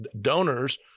donors